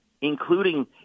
including